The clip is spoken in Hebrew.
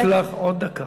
אני מוסיף לך עוד דקה.